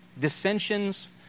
dissensions